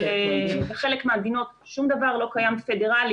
בחלק מהמדינות שום דבר לא קיים פדרלי,